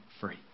free